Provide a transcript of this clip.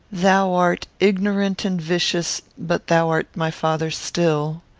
thou art ignorant and vicious, but thou art my father still.